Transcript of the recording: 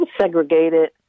Segregated